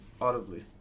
audibly